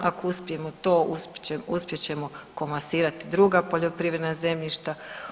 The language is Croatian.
Ako uspijemo to, uspjet ćemo komasirati druga poljoprivredna zemljišta.